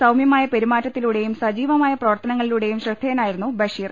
സൌമ്യമായ പെരുമാറ്റത്തിലൂടെയും സജീവമായ പ്രവർത്തനങ്ങ ളിലൂടെയും ശ്രദ്ധേയനായിരുന്നു ബഷീർ